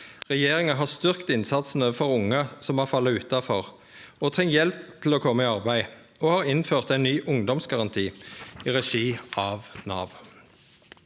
Regjeringa har styrkt innsatsen overfor unge som har falle utanfor og treng hjelp til å kome i arbeid, og har innført ein ny ungdomsgaranti i regi av Nav.